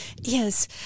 Yes